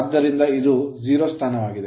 ಆದ್ದರಿಂದ ಇದು 0 ಸ್ಥಾನವಾಗಿದೆ